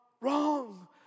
wrong